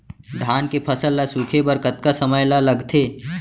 धान के फसल ल सूखे बर कतका समय ल लगथे?